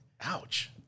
Ouch